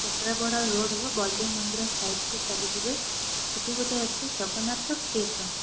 କେନ୍ଦ୍ରାପଡ଼ା ରୋଡ଼୍ରୁ ବଳଦେବ ମନ୍ଦିର ସାଇଡ଼୍କୁ ଚାଲିଯିବେ ସେଇଠି ଗୋଟେ ଅଛି ଜଗନ୍ନାଥ ଷ୍ଟେସନ୍